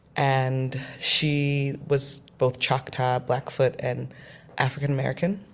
and she was both choctaw, blackfoot, and african american,